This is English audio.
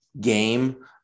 game